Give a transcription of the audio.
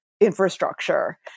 infrastructure